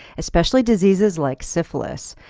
especially diseases like syphilus.